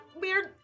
weird